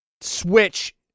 Switch